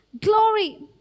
glory